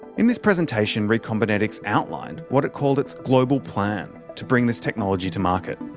in this presentation, recombinetics outlined what it called its global plan to bring this technology to market.